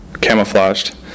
camouflaged